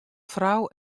frou